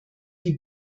wie